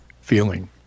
feeling